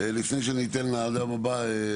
בבקשה,